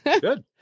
Good